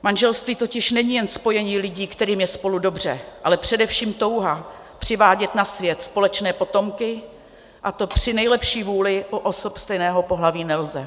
Manželství totiž není jen spojení lidí, kterým je spolu dobře, ale především touha přivádět na svět společné potomky, a to při nejlepší vůli u osob stejného pohlaví nelze.